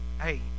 Hey